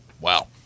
wow